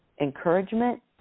encouragement